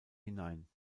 hinein